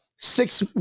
six